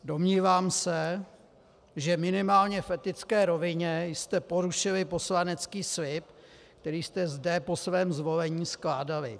Domnívám se, že minimálně v etické rovině jste porušili poslanecký slib, který jste zde po svém zvolení skládali.